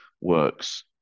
works